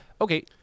Okay